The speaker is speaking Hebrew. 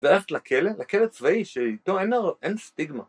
והלכת לכלא, לכלא צבאי שאיתו אין... אין סטיגמה